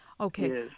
Okay